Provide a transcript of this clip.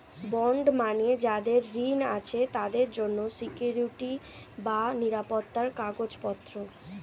bond মানে যাদের ঋণ আছে তাদের জন্য সিকুইরিটি বা নিরাপত্তার কাগজপত্র